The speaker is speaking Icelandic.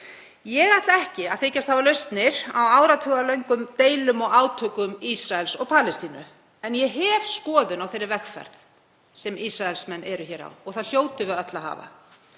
Ég ætla ekki að þykjast hafa lausnir á áratugalöngum deilum og átökum Ísraels og Palestínu, en ég hef skoðun á þeirri vegferð sem Ísraelsmenn eru á og það hljótum við öll að hafa.